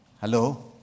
Hello